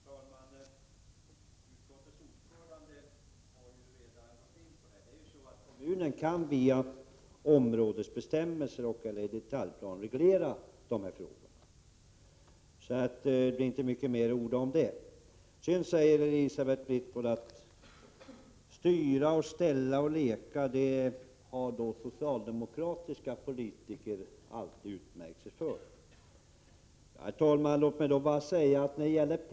Herr talman! Utskottets ordförande har redan gått in på frågan. Kommunen kan alltså via områdesbestämmelser och/eller detaljplaner göra regleringar. Det är inte mycket mer att orda om den saken. Elisabeth Fleetwood säger att socialdemokratiska politiker alltid har utmärkt sig genom att styra och ställa och leka. Herr talman!